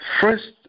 first